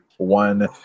one